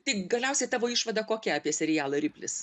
tik galiausiai tavo išvada kokia apie serialą riplis